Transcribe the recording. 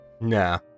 Nah